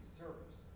service